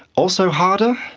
also harder.